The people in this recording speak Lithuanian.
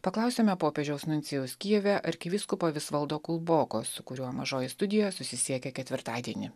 paklausėme popiežiaus nuncijaus kijeve arkivyskupo visvaldo kulboko su kuriuo mažoji studija susisiekė ketvirtadienį